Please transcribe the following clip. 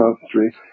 country